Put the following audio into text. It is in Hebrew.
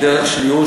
היא דרך של ייאוש,